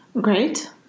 Great